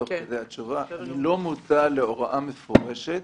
להוראה מפורשת,